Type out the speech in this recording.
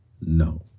No